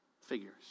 figures